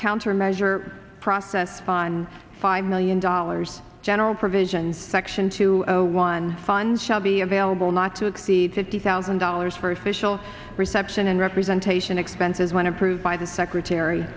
countermeasure process fun five million dollars general provisions section two zero one fund shall be available not to exceed fifty thousand dollars for official reception and representation expenses when approved by the secretary